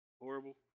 horrible